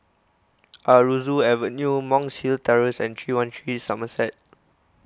Aroozoo Avenue Monk's Hill Terrace and three one three Somerset